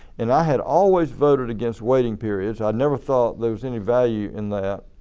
and i had always voted against waiting periods. i never thought there was any value in that.